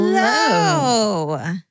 Hello